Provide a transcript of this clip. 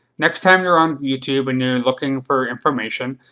next time you are on youtube and you are looking for information,